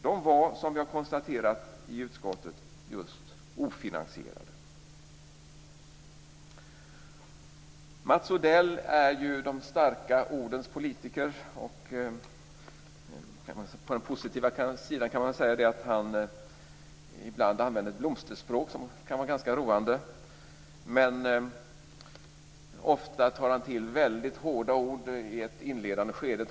De var, som vi har konstaterat i utskottet, just ofinansierade. Mats Odell är de starka ordens politiker. På den positiva sidan kan man säga att han ibland använder ett blomsterspråk som kan vara ganska roande. Ofta tar han till väldigt hårda ord i ett inledande skede.